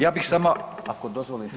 Ja bih samo ako dozvolite…